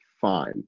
fine